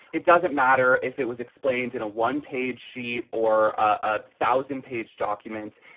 it doesn't matter if it was explained in a one page sheet or a thousand page documents.